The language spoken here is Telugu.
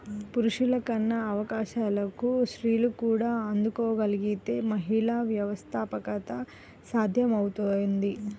పురుషులకున్న అవకాశాలకు స్త్రీలు కూడా అందుకోగలగితే మహిళా వ్యవస్థాపకత సాధ్యమవుతుంది